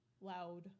loud